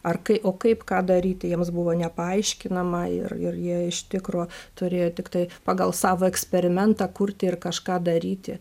ar kai o kaip ką daryti jiems buvo nepaaiškinama ir ir jie iš tikro turėjo tiktai pagal savo eksperimentą kurti ir kažką daryti